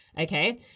okay